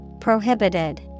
Prohibited